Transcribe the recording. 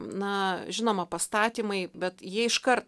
na žinoma pastatymai bet jie iškart